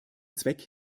zweck